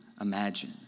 imagine